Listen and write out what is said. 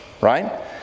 right